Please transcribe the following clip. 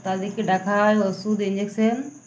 তাদেরকে ডাকা হয় ওষুধ ইঞ্জেকশন